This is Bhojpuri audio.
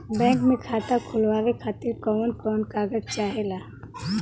बैंक मे खाता खोलवावे खातिर कवन कवन कागज चाहेला?